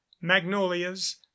magnolias